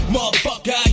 Motherfucker